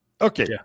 okay